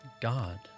God